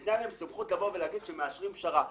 ניתנה להם סמכות להגיד שהם מאשרים פשרה.